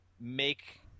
make –